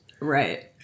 Right